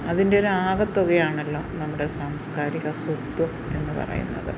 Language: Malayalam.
അതിൻ്റെ ഒരു ആകത്തുകയാണാല്ലോ നമ്മുടെ സാംസ്കാരിക സ്വത്ത്വം എന്ന് പറയുന്നത്